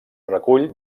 recull